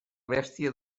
bèstia